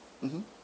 mmhmm